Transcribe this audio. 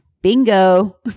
Bingo